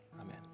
amen